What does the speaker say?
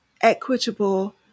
equitable